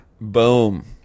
Boom